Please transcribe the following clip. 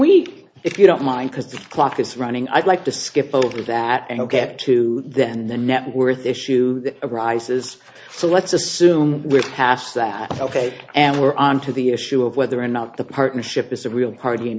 we if you don't mind because the clock is running i'd like to skip over that and get to then the net worth issue arises so let's assume we're past that ok and we're onto the issue of whether or not the partnership is a real party in